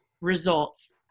results